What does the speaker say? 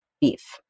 beef